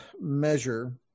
measure